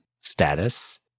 status